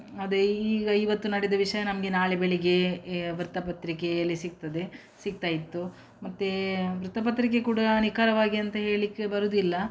ಅದೇ ಈಗ ಇವತ್ತು ನಡೆದ ವಿಷಯ ನಮಗೆ ನಾಳೆ ಬೆಳಗ್ಗೆ ವೃತ್ತಪತ್ರಿಕೆಯಲ್ಲಿ ಸಿಗ್ತದೆ ಸಿಗ್ತಾ ಇತ್ತು ಮತ್ತು ವೃತ್ತಪತ್ರಿಕೆ ಕೂಡ ನಿಖರವಾಗಿ ಅಂತ ಹೇಳ್ಲಿಕ್ಕೆ ಬರುವುದಿಲ್ಲ